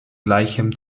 gleichem